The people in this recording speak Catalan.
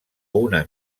una